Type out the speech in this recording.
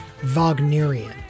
Wagnerian